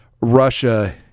russia